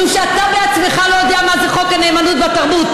משום שאתה בעצמך לא יודע מה זה חוק הנאמנות בתרבות,